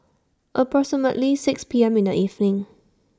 approximately six P M in The evening